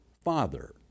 Father